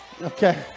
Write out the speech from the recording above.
Okay